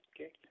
Okay